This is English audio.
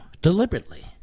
Deliberately